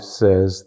says